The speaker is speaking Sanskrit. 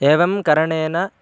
एवं करणेन